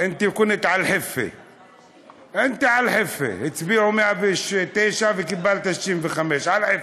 (אומר בערבית: היית על הסף.) הצביעו 109 וקיבלת 65. (אומר בערבית: